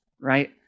right